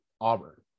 Auburn